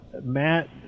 Matt